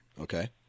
Okay